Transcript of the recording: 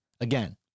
Again